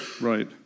Right